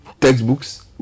Textbooks